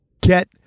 get